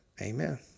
amen